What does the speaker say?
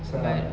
but